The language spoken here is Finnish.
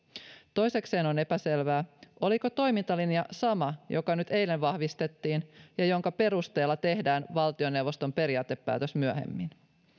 toisekseen on epäselvää oliko toimintalinja sama joka nyt eilen vahvistettiin ja jonka perusteella tehdään valtioneuvoston periaatepäätös myöhemmin